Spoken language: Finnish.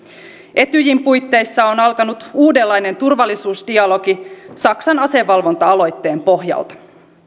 etyjin puitteissa on alkanut uudenlainen turvallisuusdialogi saksan asevalvonta aloitteen pohjalta